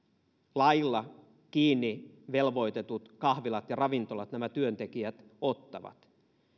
lailla kiinni velvoitetut kahvilat ja ravintolat nämä työntekijät ottavat